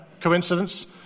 coincidence